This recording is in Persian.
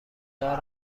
دار